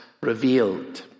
revealed